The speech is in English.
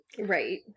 Right